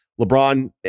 LeBron